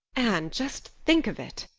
anne, just think of it!